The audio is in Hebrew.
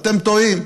אתם טועים.